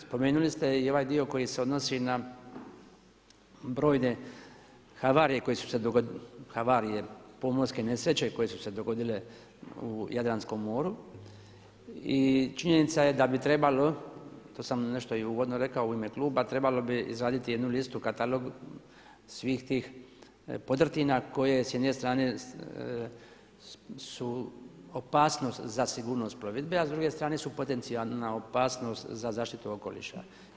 Spomenuli ste i ovaj dio koji se odnosi na brojne havarije, pomorske nesreće koje su se dogodile u Jadranskom moru i činjenica je da bi trebalo, to sam nešto i uvodno rekao u ime kluba, trebalo bi izraditi jednu listu katalog, svih tih podrtina koje s jedne strane su opasnost za sigurnost plovidbe, a s druge strane su potencijalna opasnost za zaštitu okoliša.